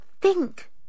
think